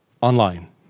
online